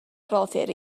roddir